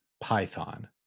Python